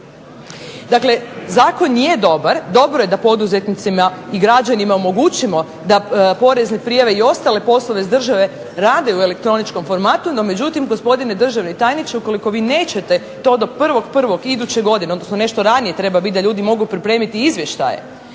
Dakle, zakon nije dobar. Dobro je da poduzetnicima i građanima omogućimo da porezne prijave i ostale poslove iz države rade u elektroničkom formatu, no međutim gospodine državni tajniče ukoliko vi nećete do 1.1. iduće godine, odnosno nešto ranije treba biti da ljudi mogu pripremiti izvještaje,